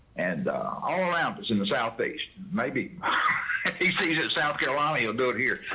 and all around us in the southeast. maybe he sees it south carolina, you'll do it here.